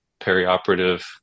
perioperative